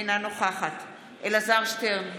אינה נוכחת אלעזר שטרן,